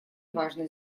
важной